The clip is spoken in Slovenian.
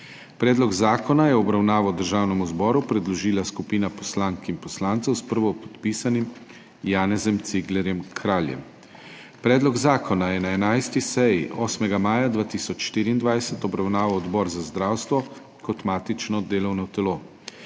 Predlog zakona je v obravnavo Državnemu zboru predložila skupina poslank in poslancev s prvopodpisanim Janezom Ciglerjem Kraljem. Predlog zakona je na 11. seji 8. maja 2024 obravnaval Odbor za zdravstvo kot matično delovno telo.